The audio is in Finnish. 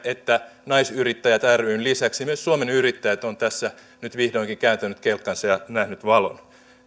että yrittäjänaiset ryn lisäksi myös suomen yrittäjät on tässä nyt vihdoinkin kääntänyt kelkkansa ja nähnyt valon